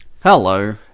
Hello